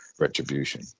retribution